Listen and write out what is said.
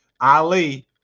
Ali